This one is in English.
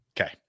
Okay